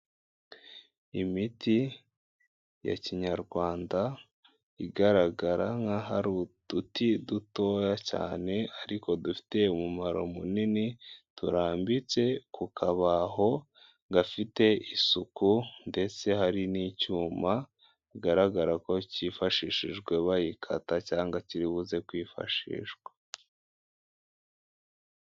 Imiti ya kinyarwanda igaragara nkaho ari uduti dutoya cyane ariko dufite umumaro munini turambitse ku kabaho gafite isuku ndetse hari n'icyuma bigaragara ko cyifashishijwe bayikata cyangwa kiri buze kwifashishwa.